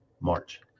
March